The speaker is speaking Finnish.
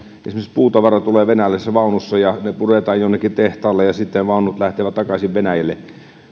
puutavara tulee venäläisessä vaunussa ja ne puretaan jonnekin tehtaalle ja sitten vaunut lähtevät takaisin venäjälle